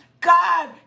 God